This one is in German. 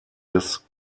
des